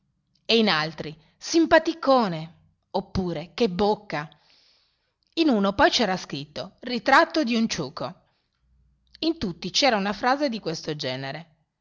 e in altri simpaticone oppure che bocca in uno poi c'era scritto ritratto di un ciuco in tutti c'era una frase di questo genere